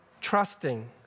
trusting